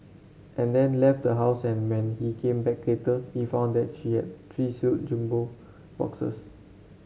and then left the house and when he came back later he found that she had three sealed jumbo boxes